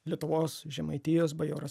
lietuvos žemaitijos bajoras